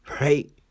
right